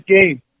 game